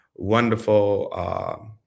wonderful